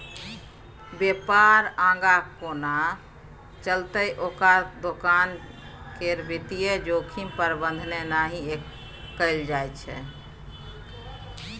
बेपार आगाँ कोना चलतै ओकर दोकान केर वित्तीय जोखिम प्रबंधने नहि कएल छै